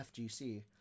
fgc